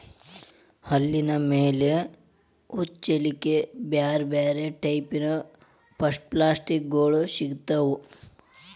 ಹುಲ್ಲಿನ ಮೇಲೆ ಹೊಚ್ಚಲಿಕ್ಕೆ ಬ್ಯಾರ್ ಬ್ಯಾರೆ ಟೈಪಿನ ಪಪ್ಲಾಸ್ಟಿಕ್ ಗೋಳು ಸಿಗ್ತಾವ